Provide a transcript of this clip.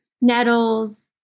nettles